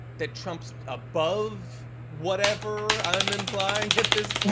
that trump's above whatever i'm implying at this point,